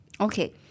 Okay